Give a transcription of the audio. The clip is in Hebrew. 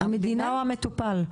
המדינה או המטופל?